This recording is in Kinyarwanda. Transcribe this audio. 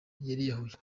yariyahuye